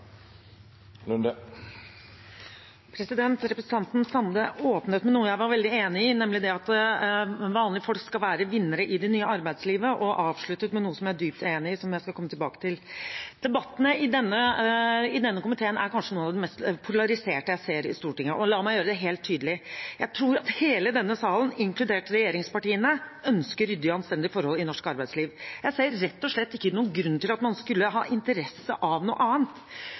Representanten Sande åpnet med noe jeg var veldig enig i, nemlig at vanlige folk skal være vinnere i det nye arbeidslivet, og han avsluttet med noe som jeg skal komme tilbake til. Debattene i denne komiteen er kanskje noen av de mest polariserte jeg ser i Stortinget, og la meg gjøre det helt tydelig: Jeg tror at hele denne salen, inkludert regjeringspartiene, ønsker ryddige og anstendige forhold i norsk arbeidsliv. Jeg ser rett og slett ingen grunn til at man skulle ha interesse av